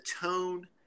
tone